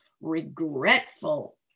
regretful